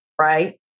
right